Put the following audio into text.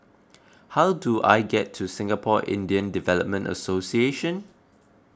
how do I get to Singapore Indian Development Association